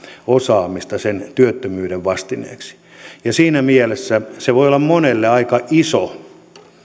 osaamista sen työttömyyden vastineeksi siinä mielessä tämä kaksisataa euroa voi olla monelle aika iso